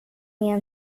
med